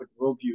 worldview